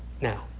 now